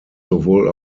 sowohl